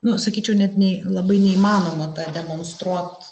nu sakyčiau net nei labai neįmanoma tą demonstruot